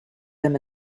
them